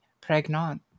pregnant